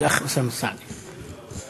אתה היחיד מהרשימה המשותפת שלא ביקשת הבעת דעה.